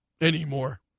anymore